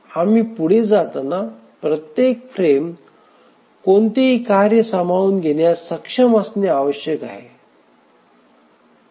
आम्ही पुढे जाताना प्रत्येक फ्रेम कोणतीही कार्य सामावून घेण्यात सक्षम असणे आवश्यक आहे